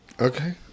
Okay